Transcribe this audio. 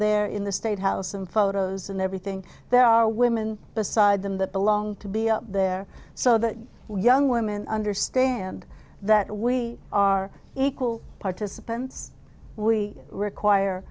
there in the state house and photos and everything there are women beside them that belong to be up there so that young women understand that we are equal participants we require